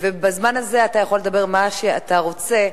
ובזמן הזה אתה יכול לדבר על מה שאתה רוצה,